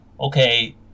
okay